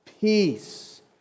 peace